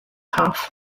half